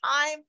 time